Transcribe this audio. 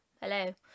hello